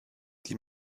die